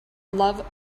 love